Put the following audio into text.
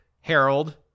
Harold